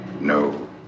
No